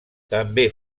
també